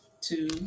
two